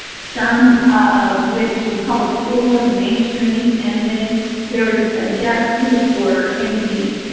some ah went to public school in the mainstream. and then there was a deaf who were in the